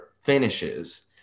finishes